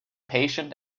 patient